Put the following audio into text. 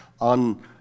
on